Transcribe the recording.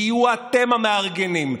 תהיו אתם המארגנים,